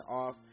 off